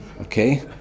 Okay